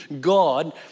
God